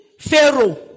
Pharaoh